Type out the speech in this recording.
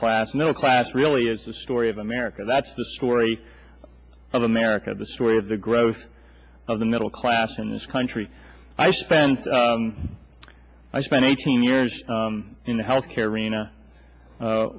class middle class really is the story of america that's the story of america the story of the growth of the middle class in this country i spent i spent eighteen years in the health care arena